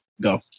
go